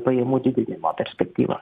pajamų didinimo perspektyvą